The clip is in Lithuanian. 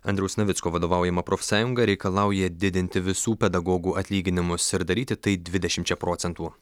andriaus navicko vadovaujama profsąjunga reikalauja didinti visų pedagogų atlyginimus ir daryti tai dvidešimčia procentų